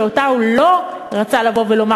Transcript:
שאותה הוא לא רצה לבוא ולומר,